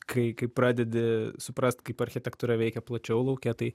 kai kai pradedi suprast kaip architektūra veikia plačiau lauke tai